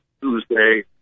Tuesday